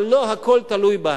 אבל לא הכול תלוי בנו.